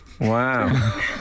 Wow